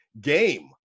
game